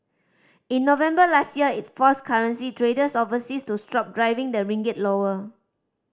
in November last year it forced currency traders overseas to stop driving the ringgit lower